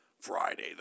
Friday